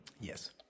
Yes